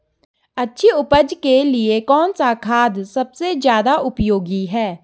अच्छी उपज के लिए कौन सा खाद सबसे ज़्यादा उपयोगी है?